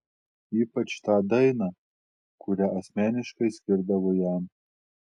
ypač tą dainą kurią asmeniškai skirdavo jam